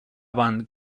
band